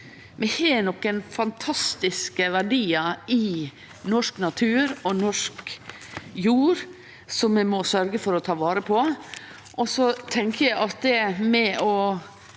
Vi har nokre fantastiske verdiar i norsk natur og norsk jord som vi må sørgje for å ta vare på. Eg tenkjer at vi ved å